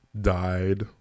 died